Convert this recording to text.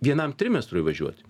vienam trimestrui važiuoti